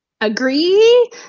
Agree